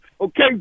okay